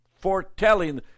foretelling